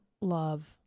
love